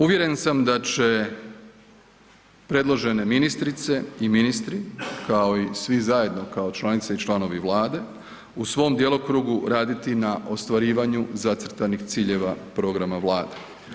Uvjeren sam da će predložene ministrice i ministri kao i svi zajedno kao članice i članovi Vlade u svom djelokrugu raditi na ostvarivanju zacrtanih ciljeva i programa Vlade.